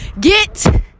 Get